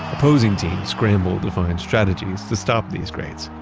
opposing teams scramble to find strategies to stop these greats.